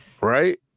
right